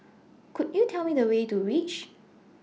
Could YOU Tell Me The Way to REACH